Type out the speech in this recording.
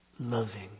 Loving